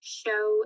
show